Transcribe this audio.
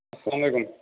السلامُ علیکُم